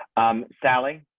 i'm sally.